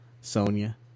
Sonia